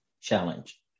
challenge